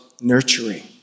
nurturing